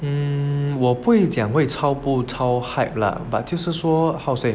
mmhmm 我不会讲会超不超 hype lah but 就是说 how to say